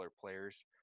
players